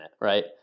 right